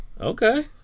Okay